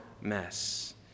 mess